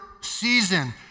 season